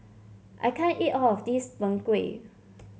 I can't eat all of this Png Kueh